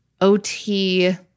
OT